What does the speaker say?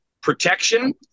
protection